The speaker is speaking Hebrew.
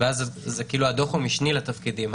הדוח הוא משני לתפקידים.